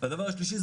והדבר השלישי,